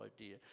idea